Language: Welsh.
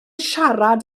siarad